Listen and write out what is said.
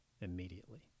immediately